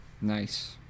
Nice